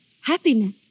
Happiness